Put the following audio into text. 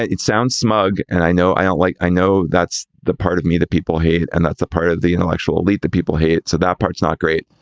it sounds smug. and i know. i don't like. i know that's the part of me that people hate. and that's a part of the intellectual elite that people hate. so that part's not great.